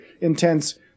intense